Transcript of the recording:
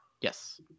Yes